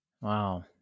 Wow